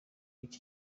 iki